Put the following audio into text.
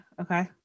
Okay